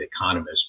economist